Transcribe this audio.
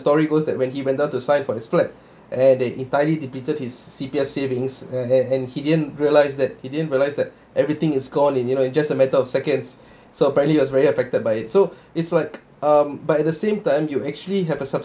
story goes that when he went down to sign for his flat and they entirely depleted his C_P_F savings and and and he didn't realise that he didn't realise that everything is gone in you know just a matter of seconds so apparently he was very affected by it so it's like um but at the same time you actually have a